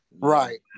Right